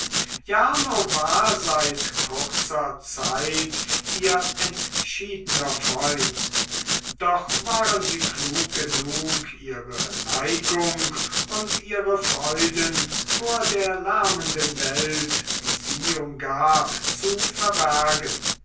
jarno war seit kurzer zeit ihr entschiedener freund doch waren sie klug genug ihre neigung und ihre freuden vor der lärmenden welt die sie umgab zu verbergen